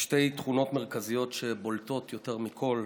יש שתי תכונות מרכזיות שבולטות יותר מכול,